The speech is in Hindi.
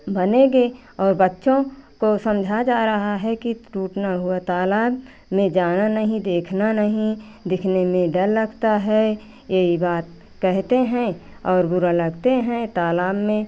बनेगे और बच्चों को समझा जा रहा है कि टूटते हुआ तालाब में जाना नहीं देखना नहीं दिखने में डर लगता है यही बात कहते हैं और बुरा लगता है तालाब में